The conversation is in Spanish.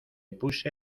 puse